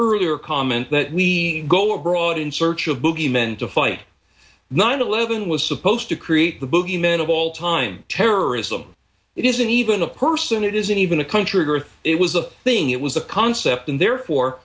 earlier comment that we go abroad in search of boogie men to fight nine eleven was supposed to create the boogeyman of all time terrorism it isn't even a person it isn't even a country or it was a thing it was a concept and therefore